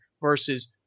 versus